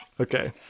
Okay